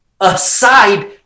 aside